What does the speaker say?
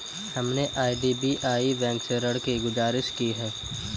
हमने IDBI bank से ऋण की गुजारिश की है